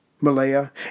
Malaya